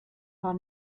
war